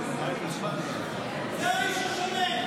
זה האיש השמן.